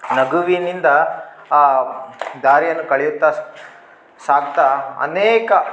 ನಗುವಿನಿಂದ ಆ ದಾರಿಯನ್ನು ಕಳೆಯುತ್ತ ಸಾಗ್ತಾ ಅನೇಕ